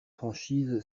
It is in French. franchise